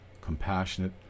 compassionate